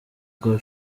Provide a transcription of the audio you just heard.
bwa